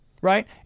Right